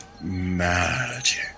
magic